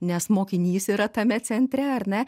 nes mokinys yra tame centre ar ne